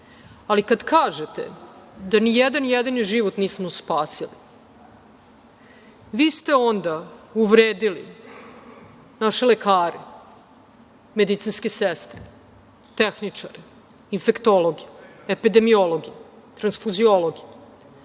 ali kada kažete da nijedan jedini život nismo spasili, vi ste onda uvredili naše lekare, medicinske sestre, tehničare, infektologe, epidemiologe, tranfuziologe,